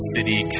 City